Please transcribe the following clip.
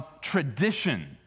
tradition